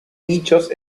nichos